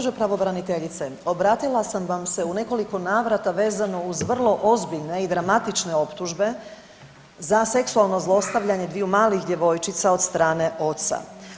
Gđo. pravobraniteljice, obratila sam vam se u nekoliko navrata vezano uz vrlo ozbiljne i dramatične optužbe za seksualno zlostavljanje dviju malih djevojčica od strane oca.